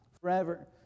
forever